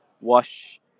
wash